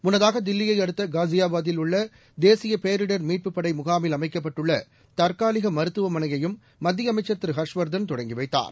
முன்னதாகல் தில்லியை அடுத்த காசியாபாத்தில் உள்ள தேதசிய பேரிடர் மீட்புப் படை முகாமில் அமைக்கப்பட்டுள்ள தற்காலிக மருத்துவமனையையும் மத்திய அமைச்சர் திருஹர்ஷ்வர்தன் தொடங்கிவைத்தார்